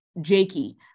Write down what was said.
Jakey